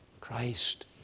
Christ